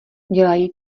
dělají